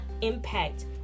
impact